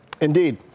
Indeed